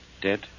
dead